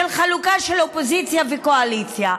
של חלוקה של אופוזיציה וקואליציה.